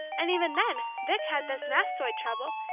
and even then vic had this mastoid trouble,